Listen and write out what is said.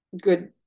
good